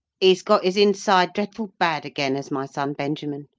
he's got his inside dreadful bad again, has my son benjamin.